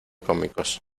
cómicos